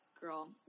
girl